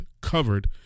covered